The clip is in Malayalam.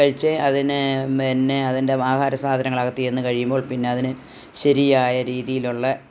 കഴിച്ചേ അതിനെ പിന്നെ അതിൻ്റെ ആഹാരസാധനങ്ങൾ അകത്ത് ചെന്ന് കഴിയുമ്പോൾ പിന്നെ അതിന് ശരിയായ രീതിയിലുള്ള